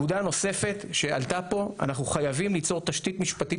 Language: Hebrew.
נקודה נוספת שעלתה פה אנחנו חייבים ליצור תשתית משפטית